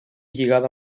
lligada